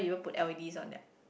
put l_e_ds on their